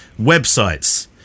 Websites